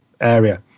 area